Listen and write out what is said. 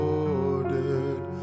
ordered